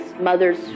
Mothers